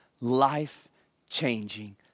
life-changing